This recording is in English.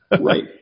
Right